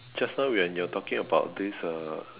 just now when you're talking about this uh